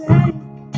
Take